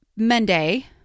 Monday